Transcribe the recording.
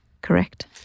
Correct